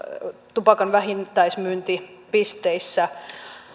tupakan vähittäismyyntipisteissä